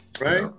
Right